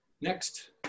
Next